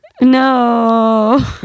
No